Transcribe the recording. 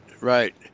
right